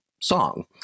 song